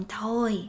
thôi